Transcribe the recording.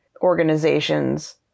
organizations